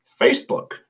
Facebook